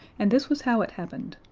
and this was how it happened.